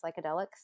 psychedelics